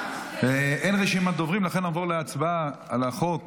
אין רשימת דוברים, לכן נעבור להצבעה על החוק